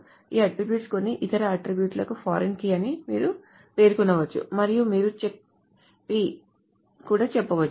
ఈ అట్ట్రిబ్యూట్ కొన్ని ఇతర అట్ట్రిబ్యూట్ లకు ఫారిన్ కీ అని మీరు పేర్కొనవచ్చు మరియు మీరు చెక్ p అని కూడా చెప్పవచ్చు